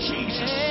Jesus